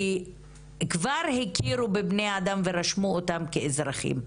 כבר הכירו בבני האדם ורשמו אותם כאזרחים,